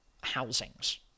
housings